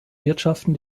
wirtschaften